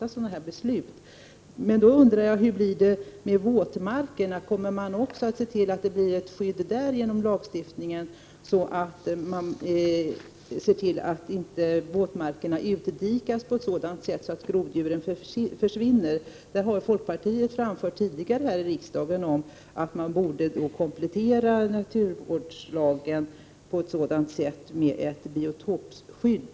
Jag undrar då hur det blir med våtmarkerna. Kommer man att se till att det genom lagstiftningen blir ett skydd där, så att våtmarkerna inte utdikas på ett sådant sätt att groddjuren försvinner? Folkpartiet har tidigare här i riksdagen framfört att man borde komplettera naturvårdslagen på det sättet med ett biotopsskydd.